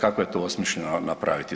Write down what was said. Kako je to osmišljeno napraviti?